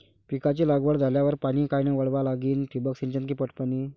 पिकाची लागवड झाल्यावर पाणी कायनं वळवा लागीन? ठिबक सिंचन की पट पाणी?